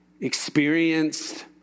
experienced